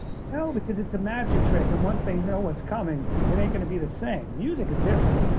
so because it's a magic trick. and once they know what's coming, it ain't going to be the same. music is different.